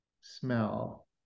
smell